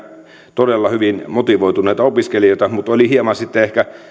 todella hyvin motivoituneita opiskelijoita mutta oli hieman sitten ehkä